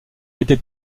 été